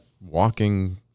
walking